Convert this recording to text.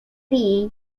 bea